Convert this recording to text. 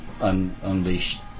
unleashed